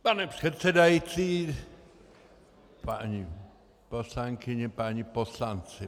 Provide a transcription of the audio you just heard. Pane předsedající, paní poslankyně, páni poslanci.